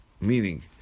meaning